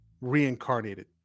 reincarnated